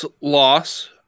loss